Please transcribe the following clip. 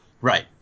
right